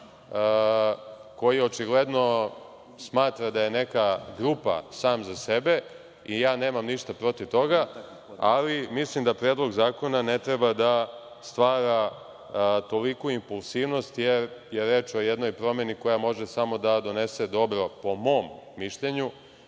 koji očigledno smatra da je neka grupa – sam za sebe i ja nemam ništa protiv toga, ali mislim da Predlog zakona ne treba da stvara toliku impulsivnost jer je reč o jednoj promeni koja može samo da donese dobro po mom mišljenju